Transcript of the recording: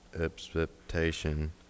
expectation